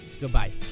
goodbye